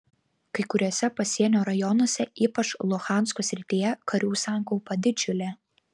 kai kuriuose pasienio rajonuose ypač luhansko srityje karių sankaupa didžiulė